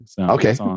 Okay